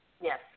Yes